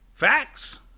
Facts